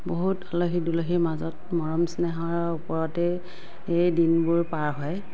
বহুত আলহী দুলহীৰ মাজত মৰম স্নেহৰ ওপৰতে দিনবোৰ পাৰ হয়